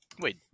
Wait